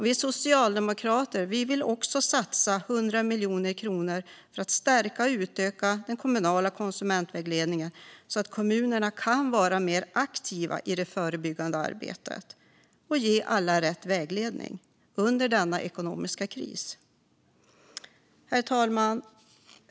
Vi socialdemokrater vill också satsa 100 miljoner kronor för att stärka och utöka den kommunala konsumentvägledningen, så att kommunerna kan vara mer aktiva i det förebyggande arbetet och ge alla rätt vägledning under denna ekonomiska kris. Herr talman!